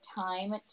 time